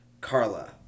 Carla